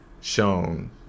shown